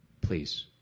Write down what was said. please